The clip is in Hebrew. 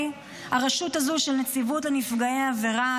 הרשות הזו של נציבות לנפגעי עבירה,